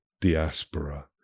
diaspora